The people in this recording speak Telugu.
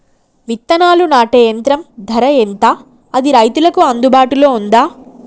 విత్తనాలు నాటే యంత్రం ధర ఎంత అది రైతులకు అందుబాటులో ఉందా?